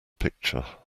picture